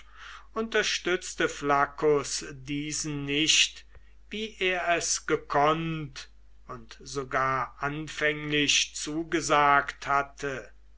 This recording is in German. unterstützte flaccus diesen nicht wie er es gekonnt und sogar anfänglich zugesagt hatte